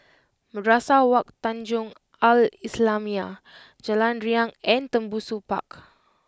Madrasah Wak Tanjong Al islamiah Jalan Riang and Tembusu Park